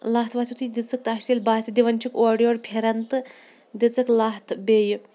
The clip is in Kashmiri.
لَتھ وَتھ یُتھٕے دِژٕکھ تہٕ اَسہِ باسہِ دِوان چھِکھ اورٕ یورٕ پھِران تہٕ دِژٕکھ لَتھ بیٚیہِ